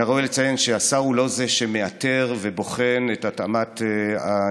מן הראוי לציין שהשר הוא לא זה שמאתר ובוחן את התאמת הנגידה,